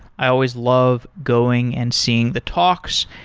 i always love going and seeing the talks,